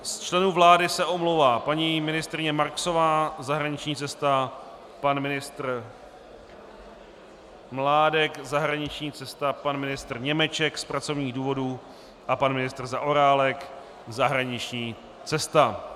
Z členů vlády se omlouvá paní ministryně Marksová zahraniční cesta, pan ministr Mládek zahraniční cesta, pan ministr Němeček z pracovních důvodů, pan ministr Zaorálek zahraniční cesta.